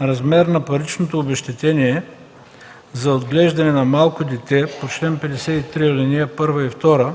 размер на паричното обезщетение за отглеждане на малко дете по чл. 53, ал. 1 и 2